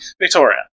Victoria